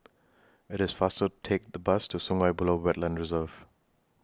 IT IS faster Take The Bus to Sungei Buloh Wetland Reserve